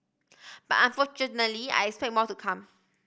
but unfortunately I expect more to come